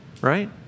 right